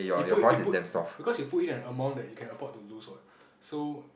you put you put because you put in an amount that you can afford to lose what so